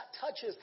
touches